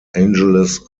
angeles